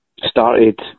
started